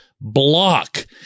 block